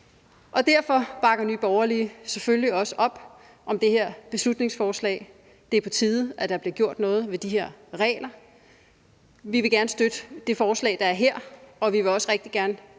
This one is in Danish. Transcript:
Derfor bakker Nye Borgerlige selvfølgelig også op om det her beslutningsforslag. Det er på tide, at der bliver gjort noget ved de her regler. Vi vil gerne støtte det forslag, der er her, og vi vil også rigtig gerne,